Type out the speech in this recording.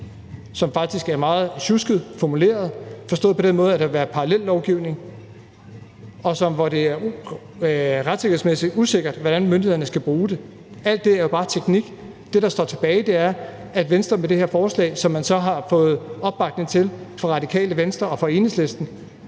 som faktisk er meget sjusket formuleret, og det skal forstås på den måde, at der vil være parallellovgivning, hvor det retssikkerhedsmæssigt er usikkert, hvordan myndighederne skal bruge det. Alt det er jo bare teknik, og det, der står tilbage, er, at Venstre med det her forslag, som man så har fået opbakning til fra Radikale Venstre og fra Enhedslisten,